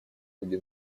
ходе